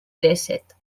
dèsset